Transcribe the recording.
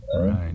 Right